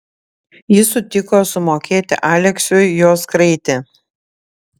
jis sutiko sumokėti aleksiui jos kraitį